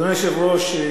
אדוני היושב-ראש,